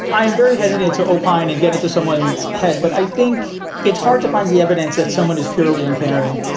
i am very hesitant to open and get into someone's head, but i think it's hard to find the evidence that someone is purely uncaring.